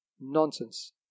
nonsense